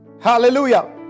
Hallelujah